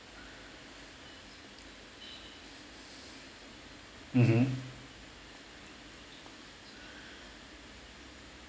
mmhmm